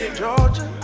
Georgia